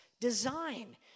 design